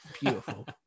Beautiful